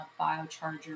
biocharger